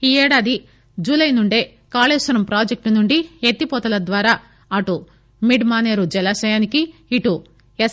ఈ ఏడాది జులై నుండే కాళేశ్వరం ప్రాజెక్టు నుండి ఎత్తిపోతల ద్వారా అటు మిడ్మాసేరు జలాశయానికి ఇటు ఎస్